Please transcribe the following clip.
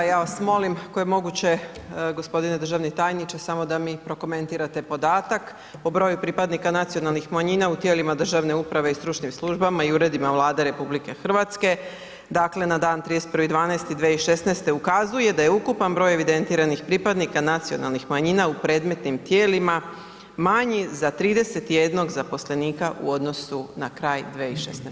Ja vas molim ako je moguće gospodine državni tajniče samo da mi prokomentirate podatak, o broju pripadnika nacionalnih manjina u tijelima državne uprave i stručnim službama i uredima Vlade RH, dakle na dan 31.12.2016. ukazuje da je ukupan broj evidentiranih pripadnika nacionalnih manjina u predmetnim tijelima manji za 31 zaposlenika u odnosu na kraj 2016.